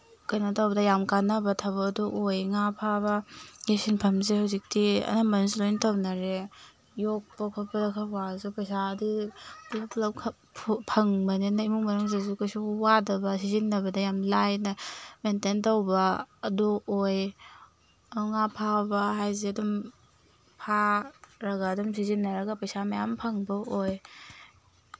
ꯀꯩꯅꯣ ꯇꯧꯕꯗ ꯌꯥꯝ ꯀꯥꯅꯕ ꯊꯕꯛ ꯑꯗꯨ ꯑꯣꯏ ꯉꯥ ꯐꯥꯕꯒꯤ ꯁꯤꯟꯐꯝꯁꯤ ꯍꯧꯖꯤꯛꯇꯤ ꯑꯅꯝꯕꯅꯁꯨ ꯂꯣꯏꯅ ꯇꯧꯅꯔꯦ ꯌꯣꯛꯄ ꯈꯣꯠꯄꯗ ꯈꯔ ꯋꯥꯔꯁꯨ ꯄꯩꯁꯥꯗꯤ ꯄꯨꯂꯞ ꯄꯨꯂꯞꯈꯛ ꯐꯪꯕꯅꯤꯅ ꯏꯃꯨꯡ ꯃꯅꯨꯡꯁꯤꯁꯨ ꯀꯩꯁꯨ ꯋꯥꯗꯕ ꯁꯤꯖꯤꯟꯅꯕꯗ ꯌꯥꯝ ꯂꯥꯏꯅ ꯃꯦꯟꯇꯦꯟ ꯇꯧꯕ ꯑꯗꯨ ꯑꯣꯏ ꯉꯥ ꯐꯥꯕ ꯍꯥꯏꯁꯦ ꯑꯗꯨꯝ ꯐꯥꯔꯒ ꯑꯗꯨꯝ ꯁꯤꯖꯤꯟꯅꯔꯒ ꯄꯩꯁꯥ ꯃꯌꯥꯝ ꯐꯪꯕ ꯑꯣꯏ